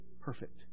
perfect